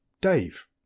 dave